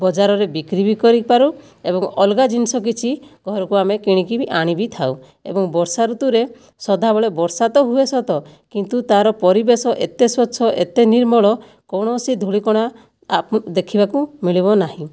ବଜାରରେ ବିକ୍ରି ବି କରିପାରୁ ଏବଂ ଅଲଗା ଜିନିଷ କିଛି ଘରକୁ ଆମେ କିଣିକି ବି ଆଣିଥାଉ ଏବଂ ବର୍ଷା ଋତୁରେ ସଦାବେଳେ ବର୍ଷା ତ ହୁଏ ସତ କିନ୍ତୁ ତା'ର ପରିବେଶ ଏତେ ସ୍ଵଚ୍ଛ ଏତେ ନିର୍ମଳ କୌଣସି ଧୂଳିକଣା ଦେଖିବାକୁ ମିଳିବ ନାହିଁ